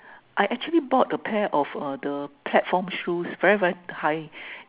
I actually bought a pair of err the platform shoes very very high